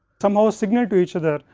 somehow ah signal to each other,